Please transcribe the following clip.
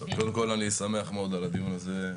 קודם כול אני שמח מאוד על הדיון הזה,